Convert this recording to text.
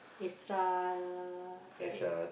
extra like